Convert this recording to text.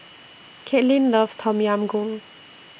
Katlynn loves Tom Yam Goong